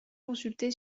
consulté